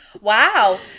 Wow